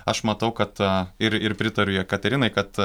aš matau kad a ir ir pritariu jekaterinai kad